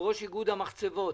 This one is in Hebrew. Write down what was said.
יושב-ראש איגוד המחצבות,